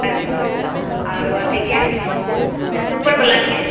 अच्छा आरो अथीके सूपर पलकके